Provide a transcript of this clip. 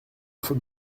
faut